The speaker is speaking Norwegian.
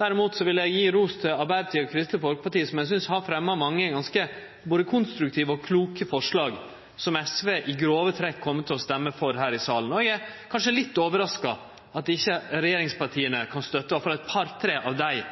Derimot vil eg gje ros til Arbeidarpartiet og Kristeleg Folkeparti, som eg synest har fremja mange både konstruktive og kloke forslag som SV i grove trekk kjem til å stemme for her i salen. Eg er kanskje litt overraska over at ikkje regjeringspartia kan støtte iallfall et par-tre av dei